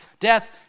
Death